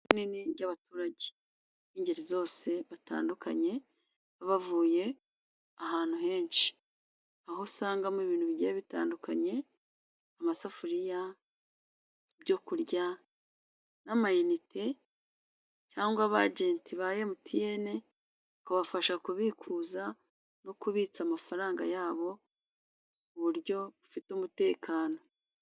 Isoko rinini ry'abaturage b'ingeri zose batandukanye bavuye ahantu henshi, aho usangamo ibintu bigiye bitandukanye amasafuriya, ibyo kurya n'ama inite cyangwa abajenti ba emutiyene, bikabafasha kubikuza no kubitsa amafaranga yabo ku buryo bufite umutekano.